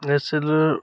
এয়াৰচেলৰ